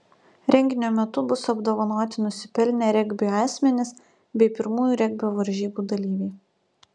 renginio metu bus apdovanoti nusipelnę regbiui asmenys bei pirmųjų regbio varžybų dalyviai